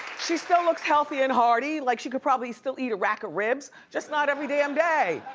she still looks healthy and hardy. like she could probably still eat a rack of ribs, just not every damn day.